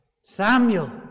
Samuel